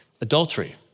Adultery